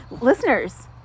listeners